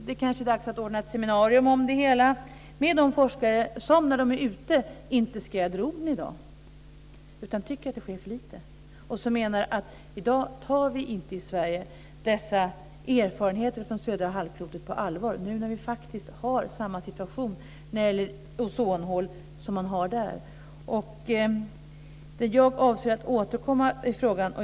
Det kanske är dags att ordna ett seminarium om det hela med de forskare som inte skräder orden när de är ute, som tycker att det sker för lite och som menar att vi i Sverige inte tar dessa erfarenheter från södra halvklotet på allvar - nu när vi faktiskt har samma situation när det gäller ozonhål som man har där. Jag avser att återkomma i frågan.